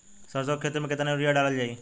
सरसों के खेती में केतना यूरिया डालल जाई?